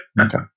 Okay